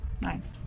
Nice